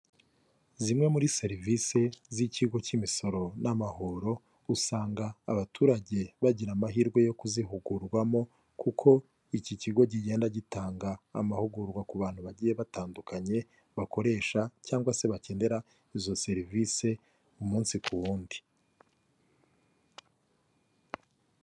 Zimwe muri serivisi z'ikigo cy'imisoro n'amahoro, usanga abaturage bagira amahirwe yo kuzihugurwamo kuko iki kigo kigenda gitanga amahugurwa ku bantu bagiye batandukanye, bakoresha cyangwa se bakenera izo serivisi umunsi ku wundi.